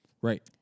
Right